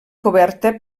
coberta